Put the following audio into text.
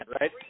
right